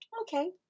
Okay